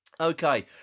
Okay